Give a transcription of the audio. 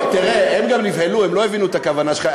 תראה, הם גם נבהלו, הם לא הבינו את הכוונה שלך.